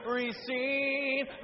receive